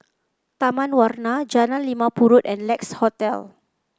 Taman Warna Jalan Limau Purut and Lex Hotel